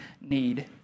need